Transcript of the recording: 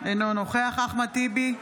אינו נוכח אחמד טיבי,